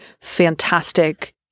fantastic